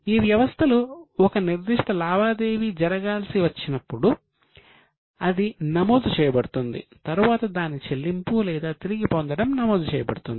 ఈ వ్యవస్థలో ఒక నిర్దిష్ట లావాదేవీ జరగాల్సి వచ్చినప్పుడు అది నమోదు చేయబడుతుంది తరువాత దాని చెల్లింపు లేదా తిరిగి పొందడం నమోదు చేయబడుతుంది